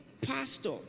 pastor